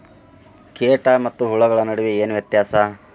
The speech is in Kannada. ಕೇಟ ಮತ್ತು ಹುಳುಗಳ ನಡುವೆ ಏನ್ ವ್ಯತ್ಯಾಸ?